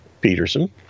Peterson